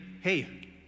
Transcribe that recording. hey